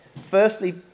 firstly